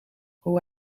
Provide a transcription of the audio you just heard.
hoe